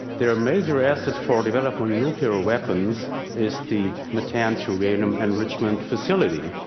their major asset for developing nuclear ah weapons is the natanz uranium enrichment facility.